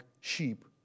sheep